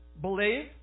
Believe